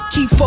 Keep